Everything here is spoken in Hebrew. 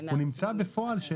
הוא נמצא בפועל?